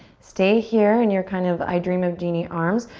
stay here in you're kind of i dream of jeannie arms.